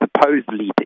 supposedly